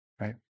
right